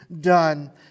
done